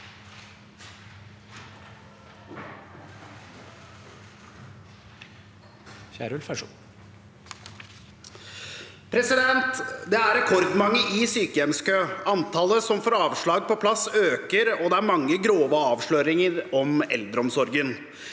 Det er rekord- mange i sykehjemskø. Antallet som får avslag på plass, øker, og det er mange grove avsløringer om eldreomsorgen.